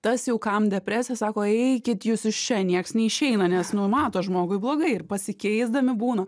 tas jau kam depresija sako eikit jūs iš čia nieks neišeina nes nu mato žmogui blogai ir pasikeisdami būna